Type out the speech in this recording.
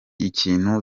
ikintu